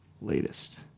latest